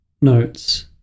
Notes